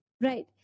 right